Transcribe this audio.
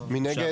מי נגד?